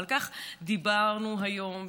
ועל כך דיברנו היום,